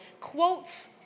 quotes